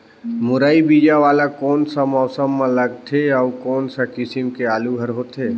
मुरई बीजा वाला कोन सा मौसम म लगथे अउ कोन सा किसम के आलू हर होथे?